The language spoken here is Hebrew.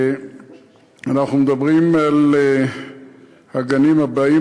אנחנו מדברים על הגנים הבאים,